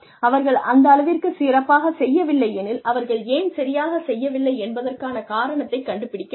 அவர்கள் அந்தளவிற்குச் சிறப்பாகச் செய்யவில்லை எனில் அவர்கள் ஏன் சரியாகச் செய்யவில்லை என்பதற்கான காரணத்தை கண்டுபிடிக்க வேண்டும்